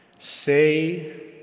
Say